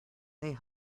they